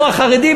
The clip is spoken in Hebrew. אנחנו החרדים,